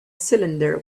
cylinder